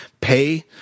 pay